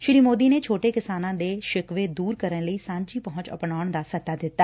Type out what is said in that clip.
ਸ੍ਰੀ ਮੋਦੀ ਨੇ ਛੋਟੇ ਕਿਸਾਨਾਂ ਦੇ ਸ਼ਿਕਵੇ ਦੂਰ ਕਰਨ ਲਈ ਸਾਝੀ ਪਹੂੰਚ ਅਪਣਾਉਣ ਦਾ ਸੱਦਾ ਦਿੱਤਾ